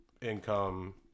income